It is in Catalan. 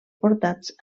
portats